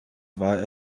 war